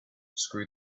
screw